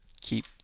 keep